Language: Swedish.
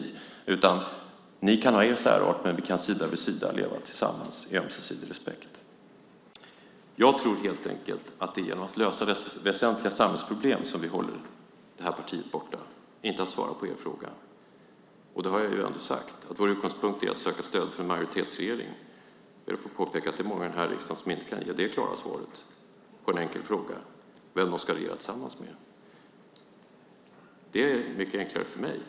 I stället kan man säga: Ni kan ha er särart, men vi kan sida vid sida leva tillsammans i ömsesidig respekt. Jag tror helt enkelt att det är genom att lösa väsentliga samhällsproblem som vi håller detta partiet borta, inte genom att svara på er fråga. Jag har sagt att vår utgångspunkt är att söka stöd för en majoritetsregering. Jag ber att få påpeka att det är många i denna riksdag som inte kan ge det klara svaret på en enkel fråga vem de ska regera tillsammans med. Det är mycket enklare för mig.